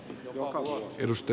arvoisa puhemies